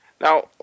Now